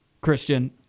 Christian